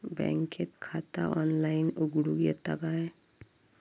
बँकेत खाता ऑनलाइन उघडूक येता काय?